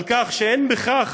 על כך שאין בכך